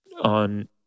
on